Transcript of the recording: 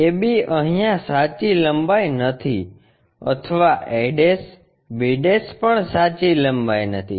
ab અહીંયા સાચી લંબાઈ નથી અથવા ab પણ સાચી લંબાઈ નથી